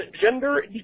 gender